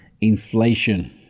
inflation